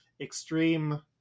extreme